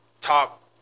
top